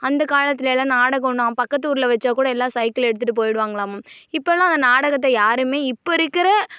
அந்தக் காலத்துலெல்லாம் நாடகன்னா பக்கத்து ஊரில் வச்சா கூட எல்லாம் சைக்கிளை எடுத்துட்டு போயிடுவாங்கலாமாம் இப்போல்லாம் அந்த நாடகத்தை யாரும் இப்போ இருக்கிற